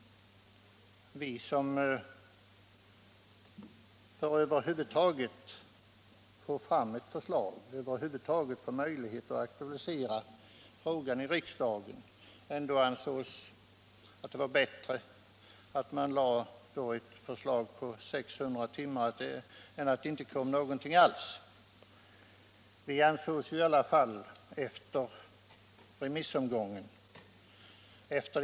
För att över huvud taget få fram ett förslag och få möjlighet att diskutera frågan i riksdagen ansåg vi det vara bättre att gå med på 600 timmar än att det inte blev något resultat alls.